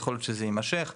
יכול להיות שזה יימשך,